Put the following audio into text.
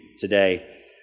today